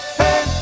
hey